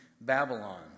Babylon